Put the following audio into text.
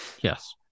yes